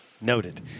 noted